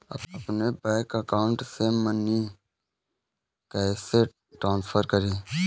अपने bank account से money कैसे ट्रांसफर करें?